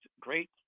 great